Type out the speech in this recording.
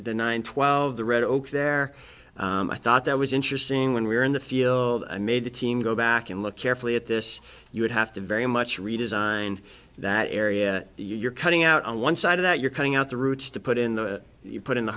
the nine twelve the red oak there i thought that was interesting when we were in the field i made the team go back and look carefully at this you would have to very much redesign that area you're cutting out on one side of that you're cutting out the roots to put in the you put in the